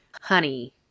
honey